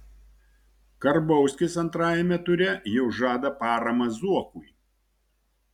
karbauskis antrajame ture jau žada paramą zuokui